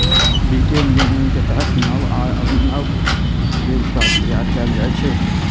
वित्तीय इंजीनियरिंग के तहत नव आ अभिनव वित्तीय उत्पाद तैयार कैल जाइ छै